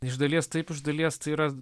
iš dalies taip iš dalies tai yra